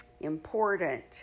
important